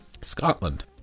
Scotland